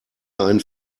einen